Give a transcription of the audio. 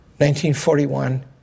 1941